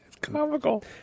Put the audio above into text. comical